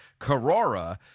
Carora